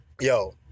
yo